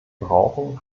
brauchen